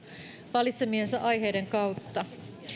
valitsemiensa aiheiden kautta